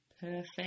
perfect